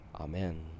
Amen